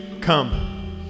come